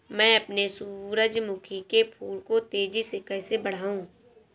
मैं अपने सूरजमुखी के फूल को तेजी से कैसे बढाऊं?